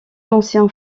anciens